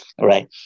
right